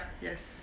yes